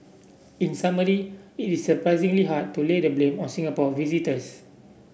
in summary it is surprisingly hard to lay the blame on Singapore visitors